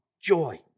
joy